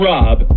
Rob